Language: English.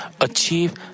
achieve